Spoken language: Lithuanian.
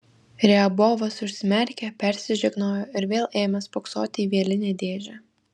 riabovas užsimerkė persižegnojo ir vėl ėmė spoksoti į vielinę dėžę